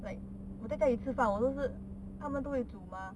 like 我在家里吃饭我是不是他们都会煮 mah